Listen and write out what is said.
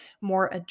more